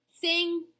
Sing